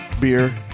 beer